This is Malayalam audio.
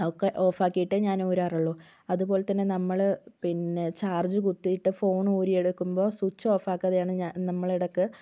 ഒക്കെ ഓഫാക്കിയിട്ടേ ഞാൻ ഊരാറുള്ളു അതുപോലെ തന്നെ നമ്മൾ പിന്നെ ചാർജ് കുത്തിയിട്ട് ഫോൺ ഊരിയെടുക്കുമ്പോൾ സ്വിച്ച് ഓഫ് ആക്കാതെയാണ് ഞാൻ നമ്മളിടയ്ക്ക്